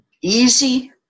easy